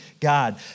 God